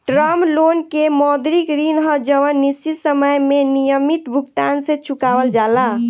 term loan के मौद्रिक ऋण ह जवन निश्चित समय में नियमित भुगतान से चुकावल जाला